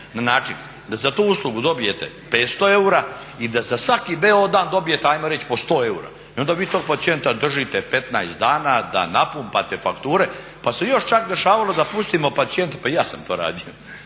na način da za tu uslugu dobijete 500 eura i da za svaki BO dan dobijete ajmo reći po 100 eura. I onda vi tog pacijenta držite 15 dana da napumpate fakture pa se još čak dešavalo da pustimo pacijente, i ja sam to radio,